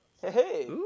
Hey